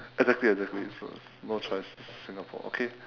exactly exactly so no choice this is singapore okay